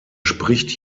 spricht